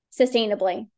sustainably